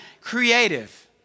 creative